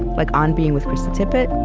like on being with krista tippett,